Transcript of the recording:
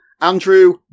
Andrew